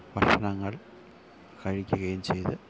ഭക്ഷണങ്ങൾ കഴിക്കുകയും ചെയ്ത്